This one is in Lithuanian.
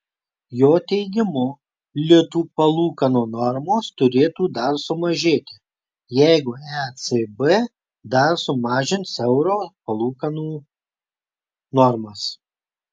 jo teigimu litų palūkanų normos turėtų dar sumažėti jeigu ecb dar sumažins euro palūkanų normas